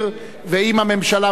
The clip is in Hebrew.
ואם הממשלה מסכימה,